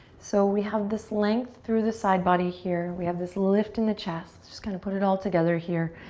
so we have this length through the side body here. we have this lift in the chest. just kinda put it all together here.